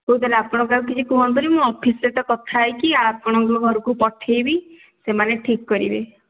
ହଉ ତା'ହେଲେ ଆପଣ କାହାକୁ କିଛି କୁହନ୍ତୁନି ମୁଁ ଅଫିସ୍ ସହିତ କଥା ହୋଇକି ଆପଣଙ୍କ ଘରକୁ ପଠାଇବି ସେମାନେ ଠିକ୍ କରିବେ